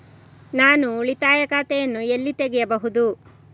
ನಾನು ಉಳಿತಾಯ ಖಾತೆಯನ್ನು ಎಲ್ಲಿ ತೆಗೆಯಬಹುದು?